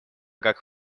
как